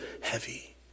heavy